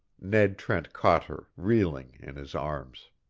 ned trent caught her, reeling, in his arms.